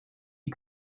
you